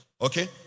Okay